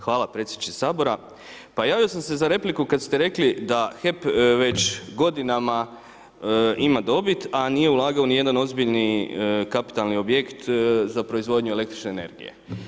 Hvala predsjedniče Sabora, pa javio sam se za repliku, kada ste rekli da HEP već godinama ima dobit a nije ulagao ni u jedan ozbiljni kapitalni objekt za proizvodnju el. energije.